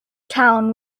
town